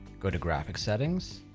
go to graphics settings,